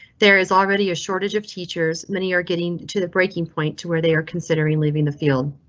there is already a shortage of teachers. many are getting to the breaking point to where they are considering leaving the field